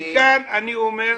וכאן אני אומר,